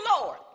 Lord